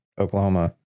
Oklahoma